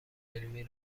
علمی